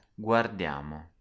Guardiamo